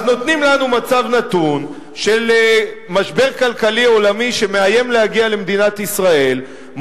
אז נותנים לנו מצב נתון של משבר כלכלי עולמי שמאיים להגיע למדינת ישראל,